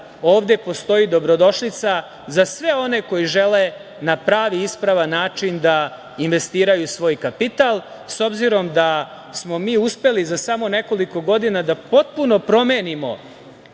ovde postoji dobrodošlica za sve one koji žele na pravi i ispravan način da investiraju svoj kapital s obzirom da smo mi uspeli da za samo nekoliko godina potpuno promenimo